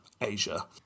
Asia